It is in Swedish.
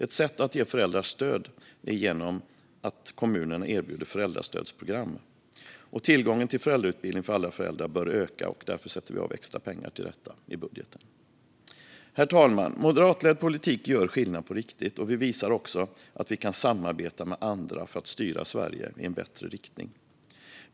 Ett sätt att ge föräldrar stöd är genom att kommunerna erbjuder föräldrastödsprogram. Tillgången till föräldrautbildning för alla föräldrar bör öka, och därför sätter vi av extra pengar till detta i budgeten. Herr talman! Moderatledd politik gör skillnad på riktigt, och vi visar också att vi kan samarbeta med andra för att styra Sverige i en bättre riktning.